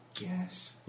Yes